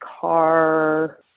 car